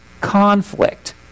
conflict